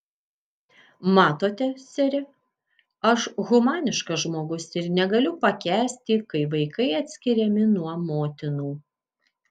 matote sere aš humaniškas žmogus ir negaliu pakęsti kai vaikai atskiriami nuo motinų